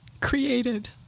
created